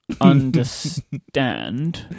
understand